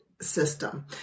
system